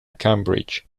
cambridge